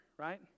right